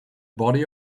body